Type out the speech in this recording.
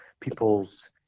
people's